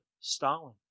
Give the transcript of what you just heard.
Stalin